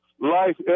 life